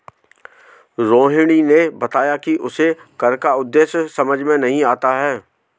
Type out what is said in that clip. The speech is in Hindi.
रोहिणी ने बताया कि उसे कर का उद्देश्य समझ में नहीं आता है